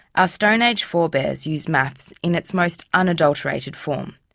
ah stone-age forebears used maths in its most unadulterated form,